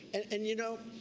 and you know,